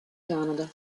canada